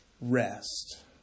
rest